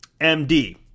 MD